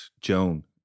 Joan